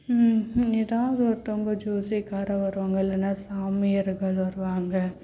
ஏதாவது ஒருத்தவங்க ஜோசியக்காரர் வருவாங்க இல்லைனா சாமியார்கள் வருவாங்க